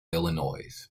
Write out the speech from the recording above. illinois